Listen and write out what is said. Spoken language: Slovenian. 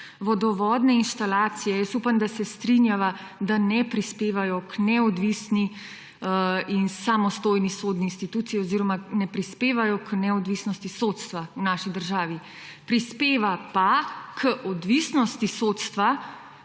vodovodne inštalacije, jaz upam, da se strinjava, da ne prispevajo k neodvisni in samostojni sodni instituciji oziroma ne prispevajo k neodvisnosti sodstva v naši državi. Prispeva pa k odvisnosti sodstva